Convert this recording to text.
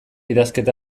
idazketa